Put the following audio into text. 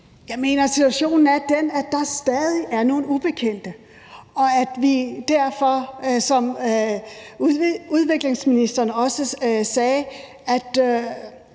er den, at der stadig er nogle ubekendte, og at vi derfor, som udviklingsministeren også sagde,